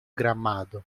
gramado